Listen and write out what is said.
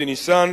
אודי ניסן,